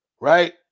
right